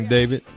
David